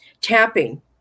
Tapping